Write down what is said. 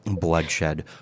bloodshed